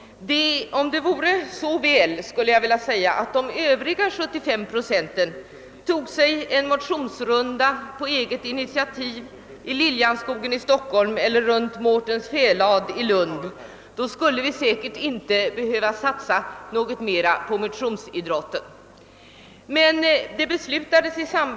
Om det vore så väl att de övriga 75 procenten toge sig en motionsrunda på eget initiativ i Lilljansskogen i Stockholm eller runt Mårtens Fälad i Lund skulle vi säkert inte behöva satsa något mera på motionsidrotten.